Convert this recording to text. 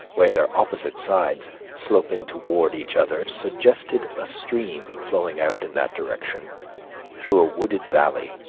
where their opposite sides sloping toward each other suggested a stream flowing out in that direction through a wooded valley,